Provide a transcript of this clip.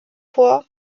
vor